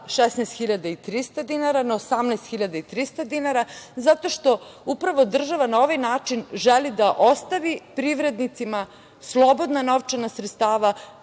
16.300 dinara na 18.300 dinara, zato što upravo država na ovaj način želi da ostavi privrednicima slobodna novčana sredstava